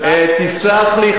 תסלח לי,